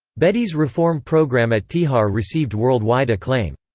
bedi's reform programme at tihar received worldwide acclaim.